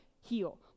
heal